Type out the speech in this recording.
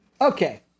Okay